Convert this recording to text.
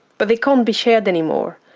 but they can't be shared anymore,